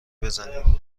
بزنیم